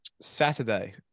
Saturday